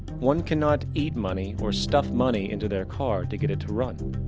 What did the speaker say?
one cannot eat money or stuff money into their car to get it to run.